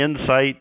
Insight